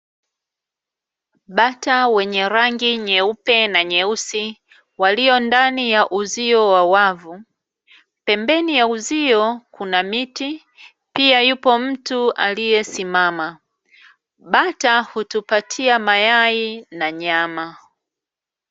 Bata wenye rangi nyeupe na nyeusi walio ndani ya uzio wa wavu. Pembeni ya uzio kuna miti, pia yupo mtu aliyesimama. Bata hutupatia mayai na nyama.